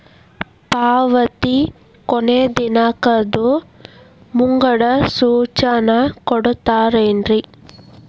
ಪಾವತಿ ಕೊನೆ ದಿನಾಂಕದ್ದು ಮುಂಗಡ ಸೂಚನಾ ಕೊಡ್ತೇರೇನು?